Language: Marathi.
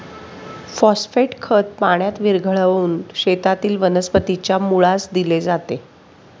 फॉस्फेट खत पाण्यात विरघळवून शेतातील वनस्पतीच्या मुळास दिले जाते